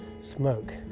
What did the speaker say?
smoke